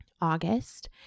August